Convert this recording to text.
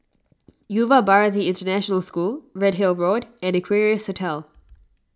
Yuva Bharati International School Redhill Road and Equarius Hotel